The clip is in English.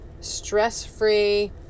stress-free